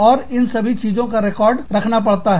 और इन सभी चीजों का रिकॉर्ड रखना पड़ता है